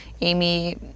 Amy